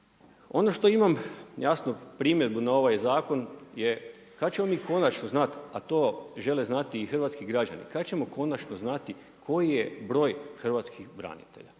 Ono što imam jasno primjedbu na ovaj zakon je kada ćemo mi konačno znat, a to žele znati i hrvatski građani, kada ćemo konačno znati koji je broj hrvatskih branitelja.